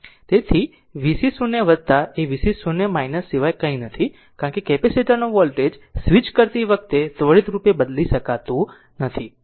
તેથી vc 0 એ vc 0 સિવાય કંઈ નથી કારણ કે કેપેસિટર નો વોલ્ટેજ સ્વીચ કરતી વખતે ત્વરિત રૂપે બદલી શકાતું નથી